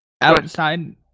Outside